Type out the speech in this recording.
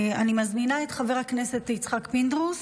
אני מזמינה את חבר הכנסת יצחק פינדרוס.